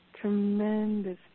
Tremendous